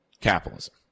capitalism